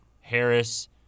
Harris –